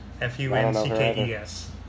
F-U-N-C-K-E-S